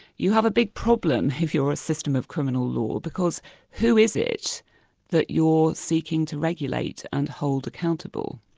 you have a big problem if you're a system of criminal law, because who is it that you're seeking to regulate and hold accountable?